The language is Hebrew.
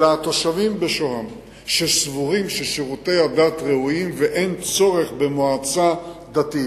אלא התושבים בשוהם סבורים ששירותי הדת ראויים ואין צורך במועצה דתית.